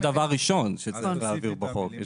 זה דבר ראשון שצריך להבהיר בחוק.